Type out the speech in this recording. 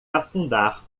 afundar